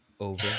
over